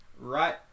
right